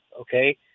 okay